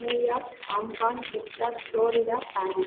New York Hong Kong டெஸ்டாக் Florida Paris